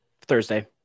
Thursday